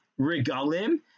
Regalim